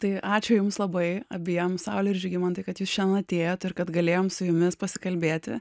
tai ačiū jums labai abiem saulei ir žygimantui kad jūs šiandien atėjot ir kad galėjom su jumis pasikalbėti